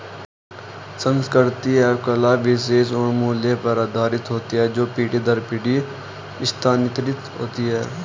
संस्कृति एवं कला विश्वास और मूल्य पर आधारित होती है जो पीढ़ी दर पीढ़ी स्थानांतरित होती हैं